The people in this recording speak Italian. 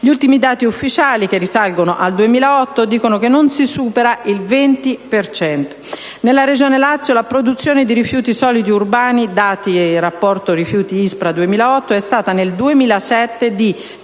Gli ultimi dati ufficiali, che risalgono al 2008, dicono che non si supera il 20 per cento. Nella regione Lazio la produzione di rifiuti solidi urbani (dati rapporto rifiuti ISPRA 2008) è stata nel 2007 di